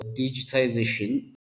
digitization